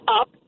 up